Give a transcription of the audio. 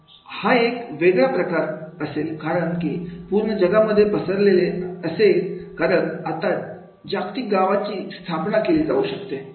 हा एक वेगळा प्रकार असेल कारण के पूर्ण जगामध्ये पसरलेले असेल कारण आता जागतिक गावाची स्थापना केली जाऊ शकते